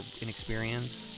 inexperienced